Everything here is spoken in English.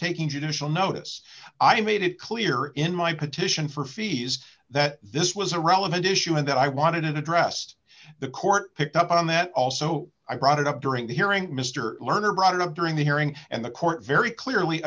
taking judicial notice i made it clear in my petition for fees that this was a relevant issue and that i wanted it addressed the court picked up on that also i brought it up during the hearing mr lerner brought it up during the hearing and the court very clearly